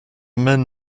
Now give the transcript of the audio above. men